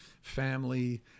family